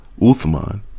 Uthman